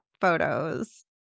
photos